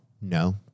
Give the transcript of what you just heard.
No